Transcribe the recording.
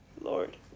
Lord